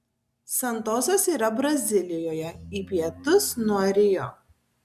santosas yra brazilijoje į pietus nuo rio